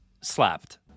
Slapped